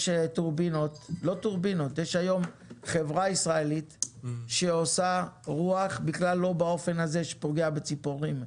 יש היום חברה ישראלית שעושה רוח בכלל לא באופן הזה שפוגע בציפורים,